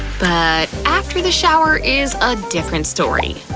but after the shower is a different story.